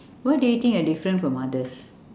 what do you think you're different from others